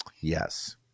Yes